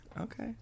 Okay